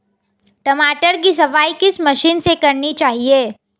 टमाटर की सफाई किस मशीन से करनी चाहिए?